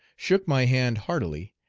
shook my hand heartily,